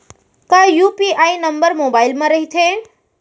का UPI number mobile म रहिथे?